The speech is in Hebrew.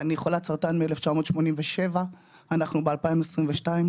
אני חולת סרטן מ-1987 ואנחנו ב-2022,